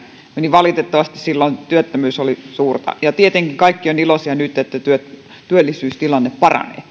valitettavasti työttömyys oli suurta ja tietenkin kaikki ovat iloisia nyt että työllisyystilanne paranee